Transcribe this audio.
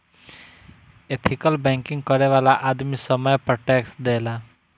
ethical banking करे वाला आदमी समय पर टैक्स देला